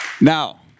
Now